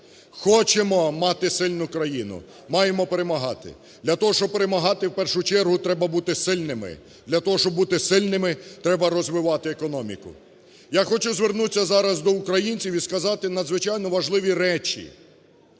хочемо мати сильну країну, маємо перемагати. Для того, щоб перемагати, в першу чергу треба бути сильними, для того, щоб бути сильними, треба розвивати економіку. Я хочу звернутись зараз до українців і сказати надзвичайно важливі речі.